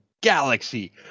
galaxy